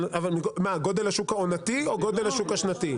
מה, גודל השוק העונתי או גודל השוק השנתי?